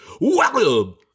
Welcome